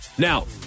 Now